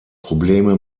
probleme